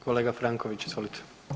Kolega Franković izvolite.